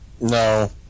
No